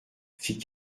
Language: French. fit